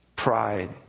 Pride